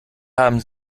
haben